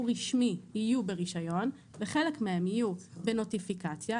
רשמי יהיו ברישיון וחלק מהם יהיו בנוטיפיקציה,